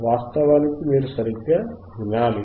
వాస్తవానికి మీరు సరిగ్గా వినాలి